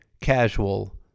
casual